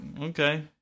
okay